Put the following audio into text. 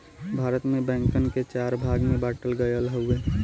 भारत में बैंकन के चार भाग में बांटल गयल हउवे